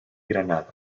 granada